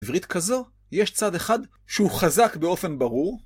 בעברית כזו, יש צד אחד שהוא חזק באופן ברור.